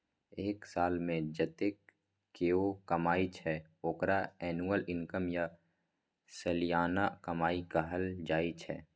एक सालमे जतेक केओ कमाइ छै ओकरा एनुअल इनकम या सलियाना कमाई कहल जाइ छै